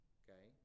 okay